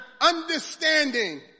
understanding